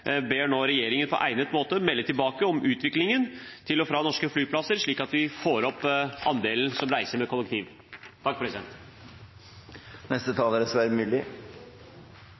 ber regjeringen på egnet måte melde tilbake om utviklingen i kollektivandelen til og fra norske flyplasser, slik at vi får opp andelen som reiser